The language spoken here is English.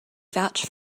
vouch